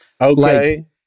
Okay